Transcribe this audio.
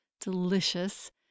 delicious